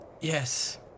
yes